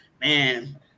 man